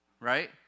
Right